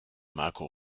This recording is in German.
marco